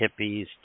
hippies